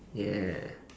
ya